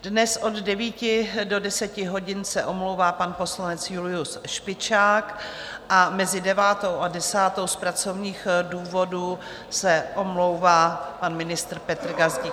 Dnes od 9 do 10 hodin se omlouvá pan poslanec Julius Špičák a mezi devátou a desátou z pracovních důvodů se omlouvá pan ministr Petr Gazdík.